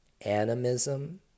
animism